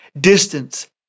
distance